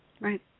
Right